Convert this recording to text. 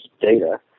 data